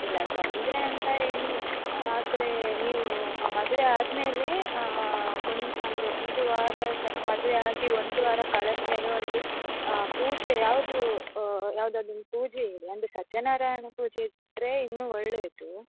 ಇಲ್ಲ ತೊಂದರೆ ಅಂತ ಏನು ಇಲ್ಲ ಆದರೆ ನೀವು ಮದುವೆ ಆದ ಮೇಲೆ ಒಂದು ಅಂದರೆ ಒಂದು ವಾರದ ಮದುವೆ ಆಗಿ ಒಂದು ವಾರ ಕಳೆದ ಮೇಲೆ ಒಂದು ಪೂಜೆ ಯಾವುದು ಯಾವ್ದಾದ್ರ್ ಒಂದು ಪೂಜೆ ಇಡಿ ಅಂದರೆ ಸತ್ಯನಾರಾಯಣ ಪೂಜೆ ಇಟ್ಟರೆ ಇನ್ನೂ ಒಳ್ಳೆಯದು